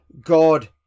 God